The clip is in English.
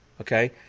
okay